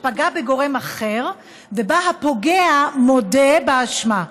שפגע בגורם אחר ובה הפוגע מודה באשמה,